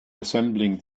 assembling